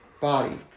body